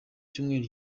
cyumweru